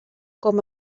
com